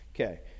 Okay